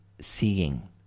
seeing